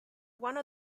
one